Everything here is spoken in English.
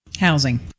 Housing